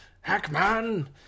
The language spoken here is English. Hackman